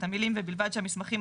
את המילים "ובלבד שהמסמכים,